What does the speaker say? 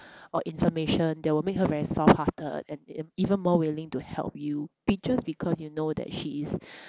or information that will make her very softhearted and and even more willing to help you be~ just because you know that she is